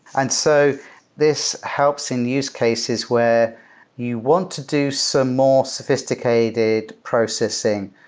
and so this helps in use cases where you want to do some more sophisticated processing.